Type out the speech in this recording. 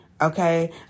okay